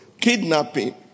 kidnapping